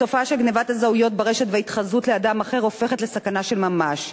התופעה של גנבת זהויות ברשת וההתחזות לאדם אחר הופכת לסכנה של ממש,